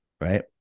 right